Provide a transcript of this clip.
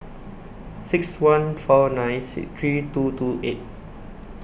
six one four nine three two two eight